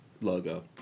logo